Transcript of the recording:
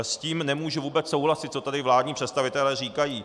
S tím nemůžu vůbec souhlasit, co tady vládní představitelé říkají.